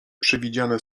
przewidziane